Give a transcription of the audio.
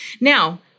Now